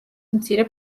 მცირე